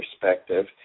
perspective